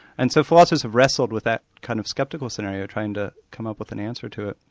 and so philosophers have wrestled with that kind of sceptical scenario, trying to come up with an answer to it.